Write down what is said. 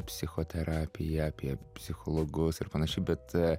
psichoterapiją apie psichologus ir panašiai bet